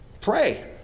Pray